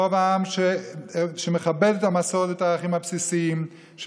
רוב העם שמכבד את המסורת ואת הערכים הבסיסיים של